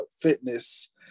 fitness